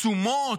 תשומות,